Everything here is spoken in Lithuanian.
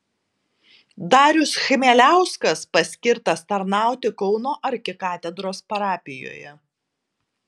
darius chmieliauskas paskirtas tarnauti kauno arkikatedros parapijoje